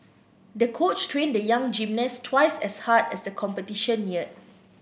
the coach trained the young gymnast twice as hard as the competition neared